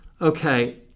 okay